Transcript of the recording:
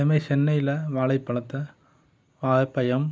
அதுமாரி சென்னையில் வாழைப்பழத்தை வாயபயம்